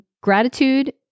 gratitude